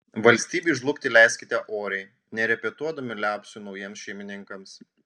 valstybei žlugti leiskite oriai nerepetuodami liaupsių naujiems šeimininkams